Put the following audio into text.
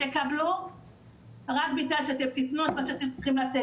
תקבלו רק בתנאי שאתם תתנו את מה שאתם צריכים לתת,